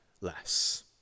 less